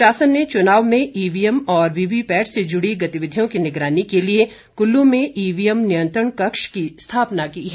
प्रशासन ने चुनाव में ईवीएम और वीवी पैट से जुड़ी गतिविधियों की निगरानी के लिए कुल्लू में ईवीएम नियंत्रण कक्ष की स्थापना की है